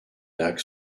lac